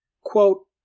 quote